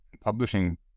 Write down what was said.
publishing